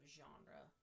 genre